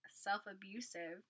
self-abusive